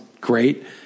great